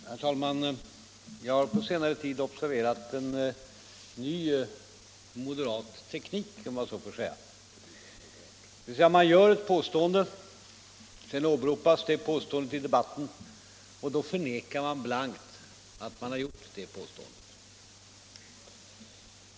Herr talman! Jag har på senare tid observerat en ny moderat teknik, om jag så får säga — dvs. man gör ett påstående, och när det påståendet sedan åberopas i debatten förnekar man blankt att man har gjort påståendet.